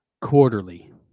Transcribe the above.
quarterly